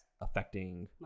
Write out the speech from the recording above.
affecting